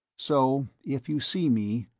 so if you see me,